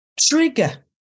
trigger